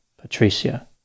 Patricia